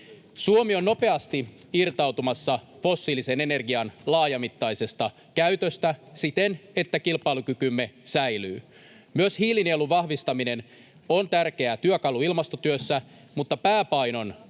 Suomi on nopeasti irtautumassa fossiilisen energian laajamittaisesta käytöstä siten, että kilpailukykymme säilyy. Myös hiilinielun vahvistaminen on tärkeä työkalu ilmastotyössä, mutta pääpainon